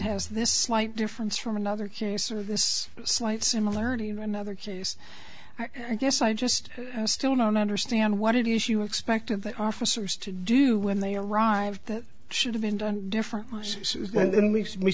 has this slight difference from another case or this slight similarity in another case i guess i just still don't understand what it is you expect of the officers to do when they arrive that should have been done differently then we should we